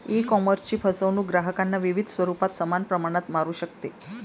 ईकॉमर्सची फसवणूक ग्राहकांना विविध स्वरूपात समान प्रमाणात मारू शकते